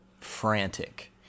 frantic